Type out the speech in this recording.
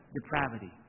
depravity